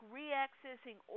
re-accessing